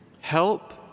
Help